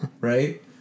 right